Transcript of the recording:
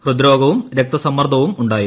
ഹൃദ്രോഗവും രക്തസമ്മ്ർദ്ദവും ഉണ്ടായിരുന്നു